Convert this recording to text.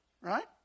Right